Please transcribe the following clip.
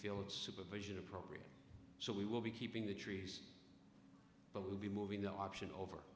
feel it's supervision appropriate so we will be keeping the trees but we'll be moving the option over